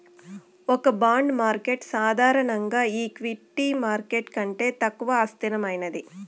ఒక bond market సాధారణంగా equity market కంటే తక్కువ అస్థిరమైనది